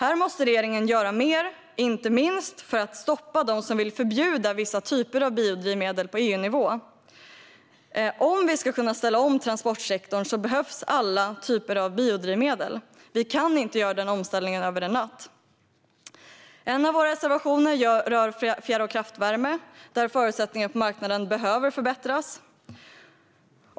Här måste regeringen göra mer, inte minst för att stoppa dem som vill förbjuda vissa typer av biodrivmedel på EU-nivå. Om vi ska kunna ställa om transportsektorn behövs alla typer av biodrivmedel. Vi kan inte göra den omställningen över en natt. En av våra reservationer rör fjärr och kraftvärme, där förutsättningarna på marknaden behöver förbättras.